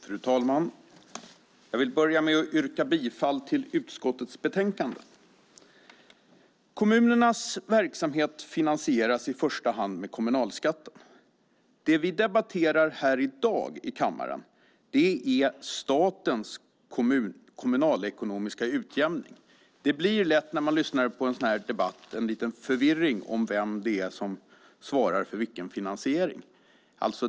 Fru talman! Jag vill börja med att yrka bifall till utskottets förslag. Kommunernas verksamhet finansieras i första hand med kommunalskatten. Det vi debatterar här i dag i kammaren är statens kommunalekonomiska utjämning. Det blir lätt, när man lyssnar på en sådan här debatt, lite förvirring om vem det är som svarar för vilken finansiering.